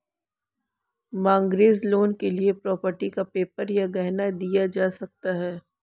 mortgage loan के लिए property का पेपर या गहना दिया जा सकता है